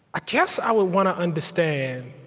i guess i would want to understand,